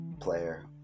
player